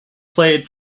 played